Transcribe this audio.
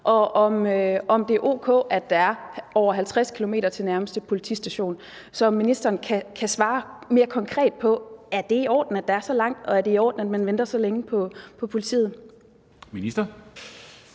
og om det er o.k., at der er over 50 km til nærmeste politistation. Så jeg vil gerne høre, om ministeren kan svare mere konkret: Er det i orden, at der er så langt, og er det i orden, at man venter så længe på politiet? Kl.